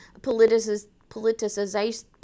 politicization